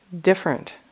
Different